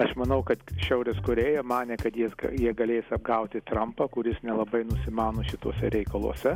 aš manau kad šiaurės korėja manė kad jie galės apgauti trampą kuris nelabai nusimano šituose reikaluose